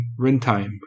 Runtime